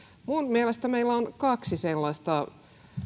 minun mielestäni meillä on kaksi sellaista